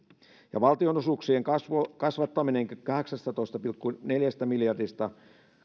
ja valtionosuuksien kasvattaminen kahdeksastatoista pilkku neljästä miljardista